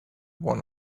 one